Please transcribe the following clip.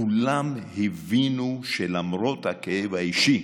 כולם הבינו שלמרות הכאב האישי,